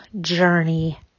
journey